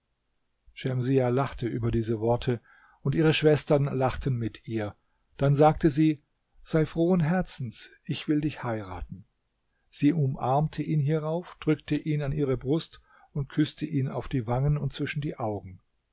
schemsiah lachte über diese worte und ihre schwestern lachten mit ihr dann sagte sie sei frohen herzens ich will dich heiraten sie umarmte ihn hierauf drückte ihn an ihre brust und küßte ihn auf die wangen und zwischen die augen